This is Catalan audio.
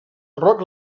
rock